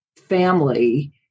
family